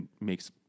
makes